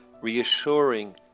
reassuring